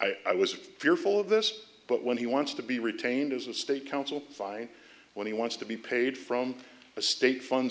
i was fearful of this but when he wants to be retained as a state counsel by when he wants to be paid from a state funds